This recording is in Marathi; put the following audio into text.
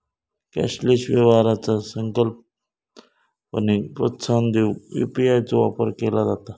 कॅशलेस व्यवहाराचा संकल्पनेक प्रोत्साहन देऊक यू.पी.आय चो वापर केला जाता